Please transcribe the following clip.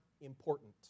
important